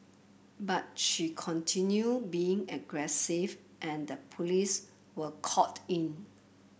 but she continue being aggressive and the police were called in